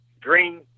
green